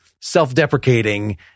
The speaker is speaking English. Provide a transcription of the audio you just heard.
self-deprecating